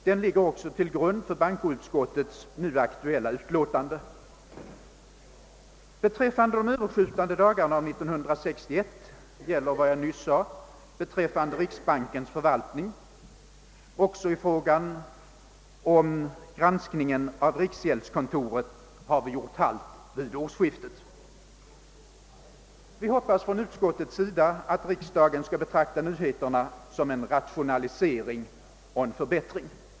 Den ligger också till grund för bankoutskottets nu aktuella utlåtande. Beträffande de överskjutande dagarna av 1968 gäller vad jag nyss sade beträffande riksbankens förvaltning; även i fråga om granskningen av riksgäldskontoret har vi gjort halt vid årsskiftet. Vi hoppas från utskottets sida att riksdagen skall betrakta nyheterna som en rationalisering och en förbättring.